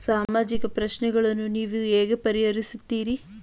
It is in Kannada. ಸಾಮಾಜಿಕ ಪ್ರಶ್ನೆಗಳನ್ನು ನೀವು ಹೇಗೆ ಪರಿಹರಿಸುತ್ತೀರಿ?